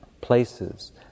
Places